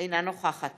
אינה נוכחת